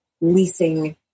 leasing